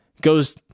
goes